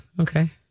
okay